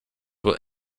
will